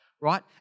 right